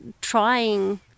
trying